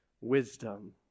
wisdom